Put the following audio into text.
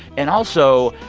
and also,